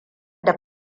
da